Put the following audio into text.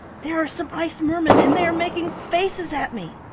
there are some ice-mermen and they are making faces at me.